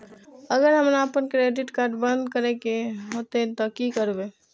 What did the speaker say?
अगर हमरा आपन क्रेडिट कार्ड बंद करै के हेतै त की करबै?